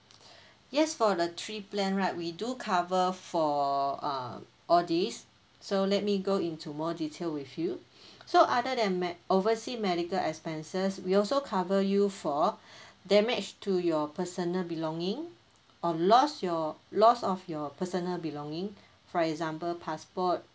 yes for the three plan right we do cover for uh all these so let me go into more detail with you so other than med~ oversea medical expenses we also cover you for damage to your personal belonging or loss your loss of your personal belonging for example passport